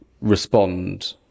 respond